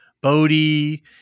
Bodhi